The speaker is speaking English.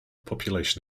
population